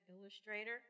illustrator